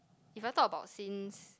if I talk about since